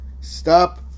stop